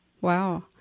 Wow